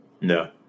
No